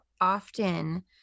often